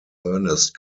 ernest